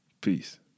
Peace